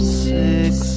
six